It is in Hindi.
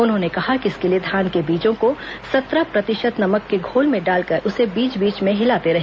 उन्होंने कहा कि इसके लिए धान के बीजों को सत्रह प्रतिशत नमक के घोल में डालकर उसे बीच बीच में हिलाते रहे